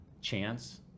chance